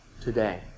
today